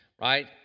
right